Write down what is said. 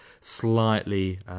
slightly